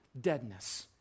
deadness